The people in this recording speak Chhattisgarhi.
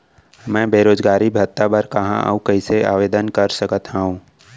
मैं बेरोजगारी भत्ता बर कहाँ अऊ कइसे आवेदन कर सकत हओं?